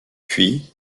puis